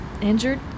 Injured